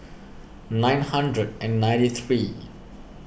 nine hundred and ninety three